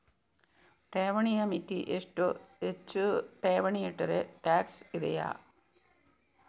ಠೇವಣಿಯ ಮಿತಿ ಎಷ್ಟು, ಹೆಚ್ಚು ಠೇವಣಿ ಇಟ್ಟರೆ ಟ್ಯಾಕ್ಸ್ ಇದೆಯಾ?